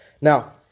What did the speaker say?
Now